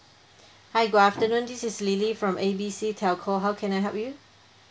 hi good afternoon this is lily from A B C telco how can I help you